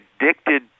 addicted